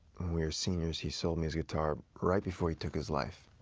we were seniors, he sold me his guitar right before he took his life.